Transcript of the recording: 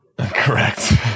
Correct